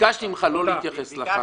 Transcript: ביקשתי ממך לא להתייחס לח"כים.